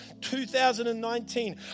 2019